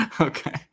Okay